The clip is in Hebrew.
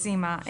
סימה,